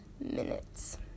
minutes